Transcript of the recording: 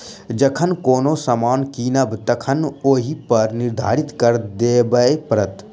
जखन कोनो सामान कीनब तखन ओहिपर निर्धारित कर देबय पड़त